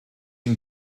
ein